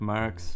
Marx